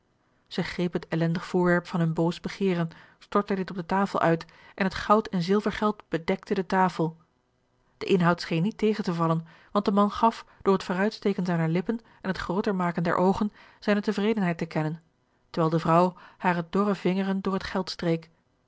zij greep het ellendig voorwerp van hun boos begeeren stortte dit op de tafel uit en het goud en zilvergeld bedekte de tafel de inhoud scheen niet tegen te vallen want de man gaf door het vooruitsteken zijner lippen en het grooter maken der oogen zijne tevredenheid te kennen terwijl de vrouw hare dorre vingeren door het geld streek